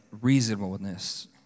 reasonableness